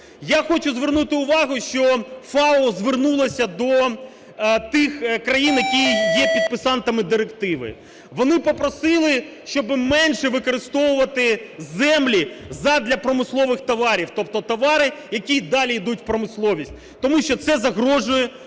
Я хочу звернути увагу, що FAO звернулося до тих країн, які є підписантами директиви. Вони попросили, щоб менше використовувати землі задля промислових товарів, тобто товарів, які далі йдуть в промисловість, тому що це загрожує